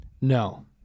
No